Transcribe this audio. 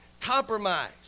Compromise